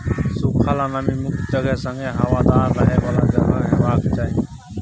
सुखल आ नमी मुक्त जगह संगे हबादार रहय बला जगह हेबाक चाही